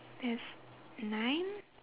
there's nine